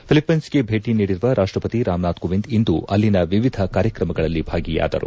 ಫಿಲಿಷ್ಲೆನ್ಸ್ಗೆ ಭೇಟಿ ನೀಡಿರುವ ರಾಷ್ಲಪತಿ ರಾಮನಾಥ್ ಕೋವಿಂದ್ ಇಂದು ಅಲ್ಲಿನ ವಿವಿಧ ಕಾರ್ಯಕ್ರಮಗಳಲ್ಲಿ ಭಾಗಿಯಾದರು